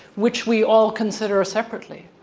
which we all consider separately,